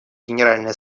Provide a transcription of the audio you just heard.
генеральной